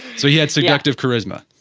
so he had seductive charisma